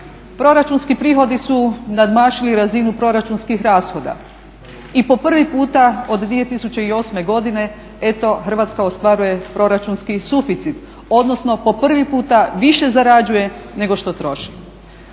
Proračunski prihodi su nadmašili razinu proračunskih rashoda i po prvi puta od 2008.godine eto Hrvatska ostvaruje proračunski suficit, odnosno po prvi puta više zarađuje nego što troši.